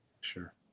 Sure